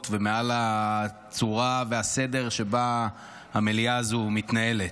ומעל הצורה והסדר שבה המליאה הזו מתנהלת,